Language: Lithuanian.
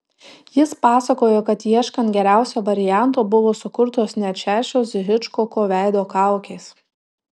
jis pasakojo kad ieškant geriausio varianto buvo sukurtos net šešios hičkoko veido kaukės